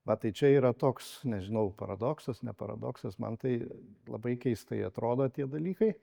va tai čia yra toks nežinau paradoksas ne paradoksas man tai labai keistai atrodo tie dalykai